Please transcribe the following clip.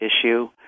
issue